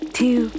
two